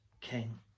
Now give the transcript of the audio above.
king